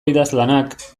idazlanak